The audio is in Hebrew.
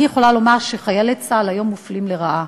אני יכולה לומר שחיילי צה"ל היום מופלים לרעה,